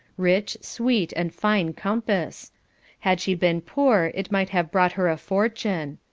rich, sweet, and fine compass had she been poor it might have brought her a fortune.